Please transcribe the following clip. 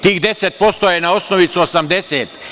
Tih 10% je na osnovicu 80.